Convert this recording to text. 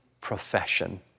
profession